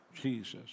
Jesus